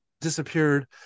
disappeared